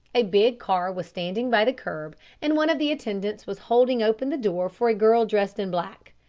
a big car was standing by the kerb and one of the attendants was holding open the door for a girl dressed in black.